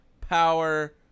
power